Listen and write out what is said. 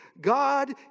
God